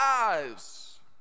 lives